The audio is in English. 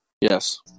Yes